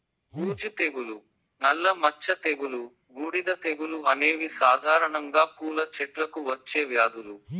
బూజు తెగులు, నల్ల మచ్చ తెగులు, బూడిద తెగులు అనేవి సాధారణంగా పూల చెట్లకు వచ్చే వ్యాధులు